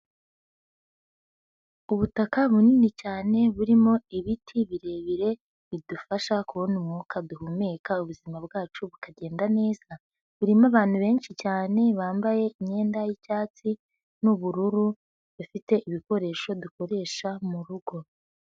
Ubutaka bunini cyane burimo ibiti birebire bidufasha kubona umwuka duhumeka ubuzima bwacu bukagenda neza birimo abantu benshi cyane bambaye imyenda y'icyatsi n'ubururu bafite ibikoresho dukoresha mu rugo.